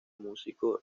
músico